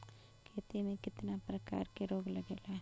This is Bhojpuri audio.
खेती में कितना प्रकार के रोग लगेला?